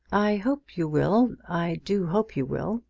i hope you will i do hope you will,